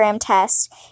test